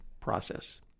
process